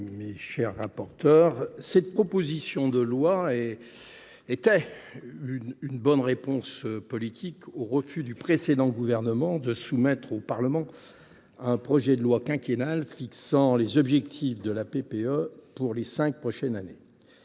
mes chers collègues, cette proposition de loi était une bonne réponse politique au refus du précédent gouvernement de soumettre au Parlement un projet de loi fixant les objectifs de la PPE pour les cinq prochaines années.